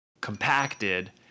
compacted